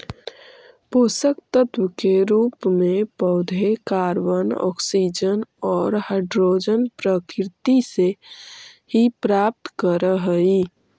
पोषकतत्व के रूप में पौधे कॉर्बन, ऑक्सीजन और हाइड्रोजन प्रकृति से ही प्राप्त करअ हई